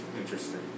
Interesting